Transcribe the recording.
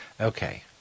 Okay